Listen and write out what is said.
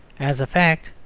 as a fact,